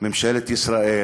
ממשלת ישראל,